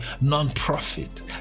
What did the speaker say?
non-profit